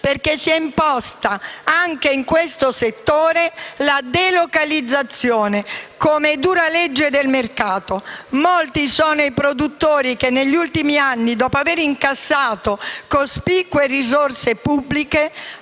perché si è imposta anche in questo settore la delocalizzazione come dura legge del mercato. Molti sono i produttori che negli ultimi anni, dopo aver incassato cospicue risorse pubbliche,